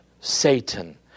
Satan